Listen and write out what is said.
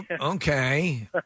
Okay